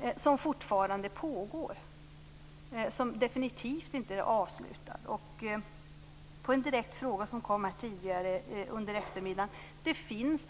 Den pågår fortfarande och är definitivt inte avslutad. Det kom en direkt fråga här under eftermiddagen som jag vill svara på. Det finns